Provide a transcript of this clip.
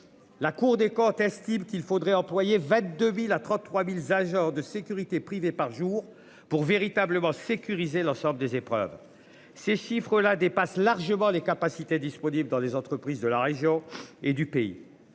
La Cour des comptes estime qu'il faudrait employer 22.000 à 33.000 agents de sécurité privés par jour pour véritablement sécuriser l'ensemble des épreuves. Ces chiffres-là dépasse largement les capacités disponibles dans des entreprises de la région et du pays.